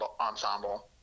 ensemble